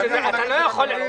המרכזית לסטטיסטיקה.